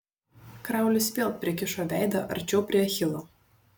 kraulis vėl prikišo veidą arčiau prie achilo